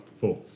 four